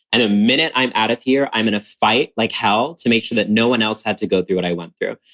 and the minute i'm out of here, i'm gonna fight like hell to make sure that no one else had to go through what i went through.